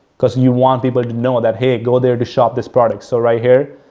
because you want people to know that, hey, go there to shop this product, so right here,